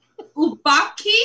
Ubaki